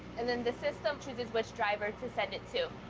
and then the system chooses which driver to send it to.